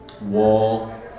wall